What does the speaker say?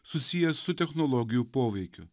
susijęs su technologijų poveikiu